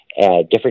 Different